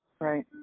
right